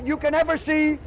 you can ever see